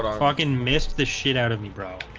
fucking missed the shit out of me, bro